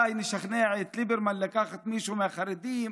או אולי נשכנע את ליברמן לקחת מישהו מהחרדים,